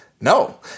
no